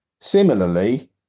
Similarly